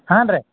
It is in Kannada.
ಹಾಂ ರೀ